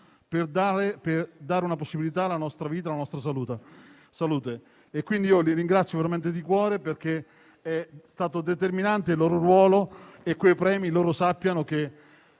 per dare una possibilità alla nostra vita, alla nostra salute. Li ringrazio veramente di cuore, perché è stato determinante il loro ruolo e sappiano che